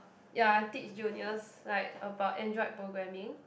ya I teach juniors like about android programming